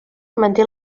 manté